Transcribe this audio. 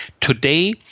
today